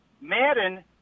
Madden